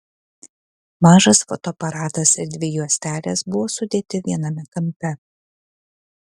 mažas fotoaparatas ir dvi juostelės buvo sudėti viename kampe